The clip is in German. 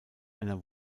einer